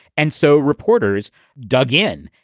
and so reporters dug in.